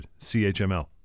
CHML